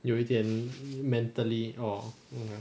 有一点 mentally orh